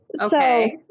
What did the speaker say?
Okay